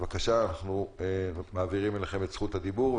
בבקשה, אנחנו מעבירים אליכם את רשות הדיבור.